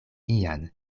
ian